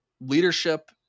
leadership